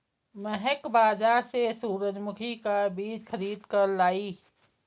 महक बाजार से सूरजमुखी का बीज खरीद कर लाई